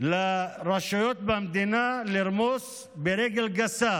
לרשויות במדינה לרמוס ברגל גסה